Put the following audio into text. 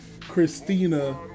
Christina